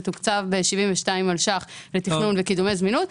זה תוקצב ב-72 מלש"ח לתכנון וקידומי זמינות.